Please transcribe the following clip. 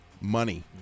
Money